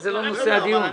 זה לא נושא הדיון.